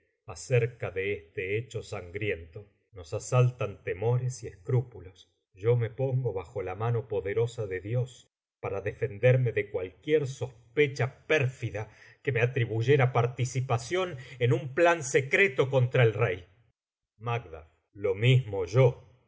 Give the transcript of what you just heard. todos malc don malc asaltan temores y escrúpulos yo me pongo bajo la mano poderosa de dios para defenderme de cualquier sospechapérfida que me atribuyera participación en un plan secreto contra el rey lo mismo yo